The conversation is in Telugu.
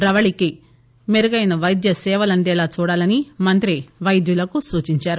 రవలీకి మెరుగైన వైద్య సేవలు అందేలా చూడాలని మంత్రి పైద్యులకు సూచించారు